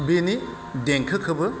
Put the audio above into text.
बेनि देंखोखौबो